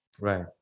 Right